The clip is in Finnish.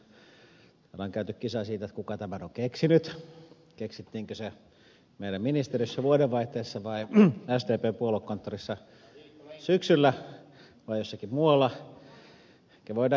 täällä on käyty kisaa siitä kuka tämän on keksinyt keksittiinkö se meidän ministeriössä vuodenvaihteessa vai sdpn puoluekonttorissa syksyllä vai jossakin muualla